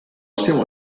seua